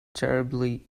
terribly